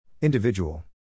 Individual